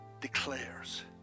declares